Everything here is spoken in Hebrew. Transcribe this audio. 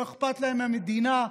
לא אכפת להם מהמדינה,